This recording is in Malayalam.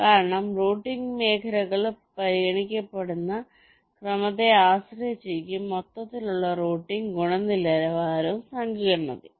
കാരണം റൂട്ടിംഗ് മേഖലകൾ പരിഗണിക്കപ്പെടുന്ന ക്രമത്തെ ആശ്രയിച്ചിരിക്കും മൊത്തത്തിലുള്ള റൂട്ടിംഗ് ഗുണനിലവാരവും സങ്കീർണ്ണതയും